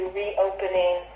reopening